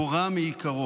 הוא רע מעיקרו.